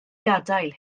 gadael